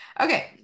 Okay